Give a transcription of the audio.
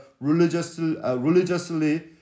religiously